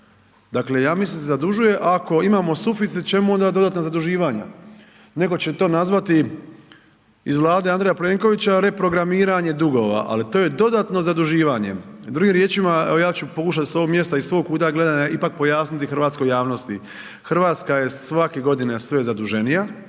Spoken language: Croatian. dakle ja mislim da se zadužuje, ako imamo suficit čemu onda dodatna zaduživanja? Netko će to nazvati iz Vlade Andreja Plenkovića reprogramiranje dugova, ali to je dodatno zaduživanje, drugim riječima evo ja ću pokušati s ovog mjesta, iz svoga kuta gledanja ipak pojasniti hrvatskoj javnosti, RH je svake godine sve zaduženija,